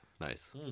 nice